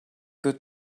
good